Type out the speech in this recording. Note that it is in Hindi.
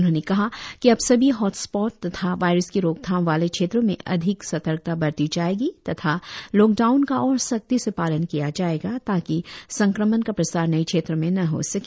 उन्होंने कहा कि अब सभी हॉट स्पॉट तथा वायरस की रोकथाम वाले क्षेत्रों में अधिक सतर्कता बरती जायेगी तथा लॉकडाउन का और सख्ती से पालन किया जायेगा ताकि संक्रमण का प्रसार नये क्षेत्रों में न हो सके